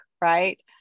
Right